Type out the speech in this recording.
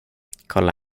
kolla